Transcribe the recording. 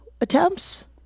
Attempts